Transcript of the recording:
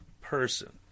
person